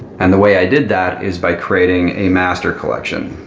and the way i did that is by creating a master collection.